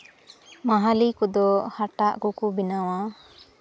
ᱢᱟᱦᱞᱮ ᱠᱚᱫᱚ ᱦᱟᱴᱟᱜ ᱠᱚᱠᱚ ᱵᱮᱱᱟᱣᱟ